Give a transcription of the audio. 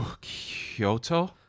Kyoto